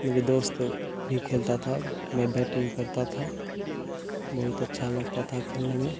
मेरे दोस्त भी खेलता था मैं बैटिंग करता था बहुत अच्छा लगता था खेलने में